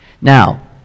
Now